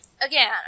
again